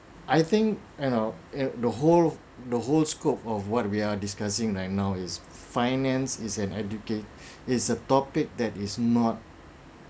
I think you know the whole the whole scope of what we are discussing like now is finance is an educate is a topic that is not